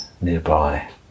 nearby